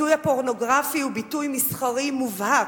הביטוי הפורנוגרפי הוא ביטוי מסחרי מובהק.